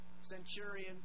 centurion